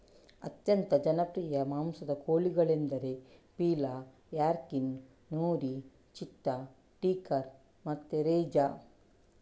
ಅತ್ಯಂತ ಜನಪ್ರಿಯ ಮಾಂಸದ ಕೋಳಿಗಳೆಂದರೆ ಪೀಲಾ, ಯಾರ್ಕಿನ್, ನೂರಿ, ಚಿತ್ತಾ, ಟೀಕರ್ ಮತ್ತೆ ರೆಜಾ